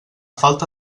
falta